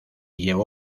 llevó